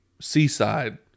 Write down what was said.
Seaside